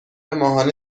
ماهانه